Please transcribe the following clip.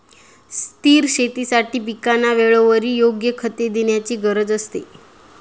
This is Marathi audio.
स्थिर शेतीसाठी पिकांना वेळोवेळी योग्य खते देण्याची गरज असते